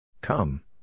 come